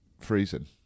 freezing